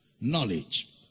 knowledge